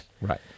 Right